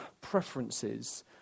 preferences